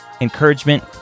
encouragement